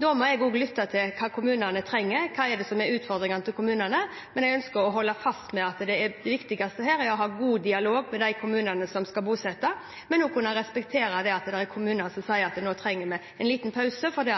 Da må jeg også lytte til hva kommunene trenger, hva som er utfordringene til kommunene. Jeg ønsker å holde fast ved at det viktigste her er å ha god dialog med de kommunene som skal bosette, men vi må også kunne respektere at det er kommuner som sier at nå trenger de en liten pause, fordi